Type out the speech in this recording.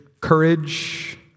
courage